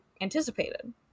anticipated